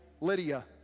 Lydia